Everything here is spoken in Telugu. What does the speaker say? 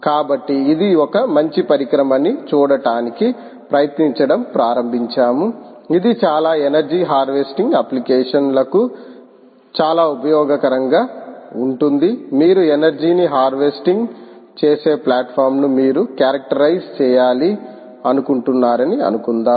కాబట్టి ఇది ఒక మంచి పరికరం అని చూడటానికి ప్రయత్నించడం ప్రారంభించాము ఇది చాలా ఎనర్జీ హార్వెస్టింగ్ అప్లికేషన్ లకు చాలా ఉపయోగకరంగా ఉంటుంది మీరు ఎనర్జీ ని హార్వెస్టింగ్ చేసే ప్లాట్ఫారమ్ను మీరు క్యారెక్టరైజే చేయాలి అనుకుంటున్నారని అనుకుందాం